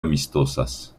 amistosas